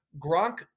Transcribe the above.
gronk